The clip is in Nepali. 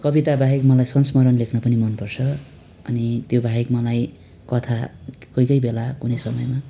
कविताबाहेक मलाई संस्मरण लेख्न पनि मनपर्छ अनि त्योबाहेक मलाई कथा कोही कोही बेला कुनै समयमा